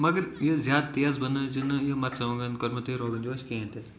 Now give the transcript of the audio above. مَگَر یہِ زیادٕ تیز بَنٲۍ زیٚو نہٕ یہِ مَرژٕوانٛگَن کۄرمہٕ تہٕ روگَن جوش کِہیٖنۍ تہِ